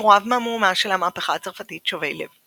סיפוריו מהמהומה של המהפכה הצרפתית שובי לב.